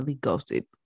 ghosted